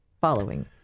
following